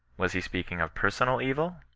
was he speaking of personal evil,